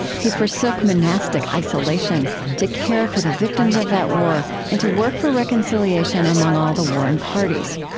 he forsook monastic isolation to care for the victims of that war and to work for reconciliation among all the warring parties.